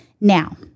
Now